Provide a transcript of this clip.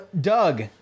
Doug